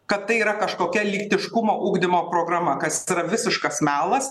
kad tai yra kažkokia lytiškumo ugdymo programa kas yra visiškas melas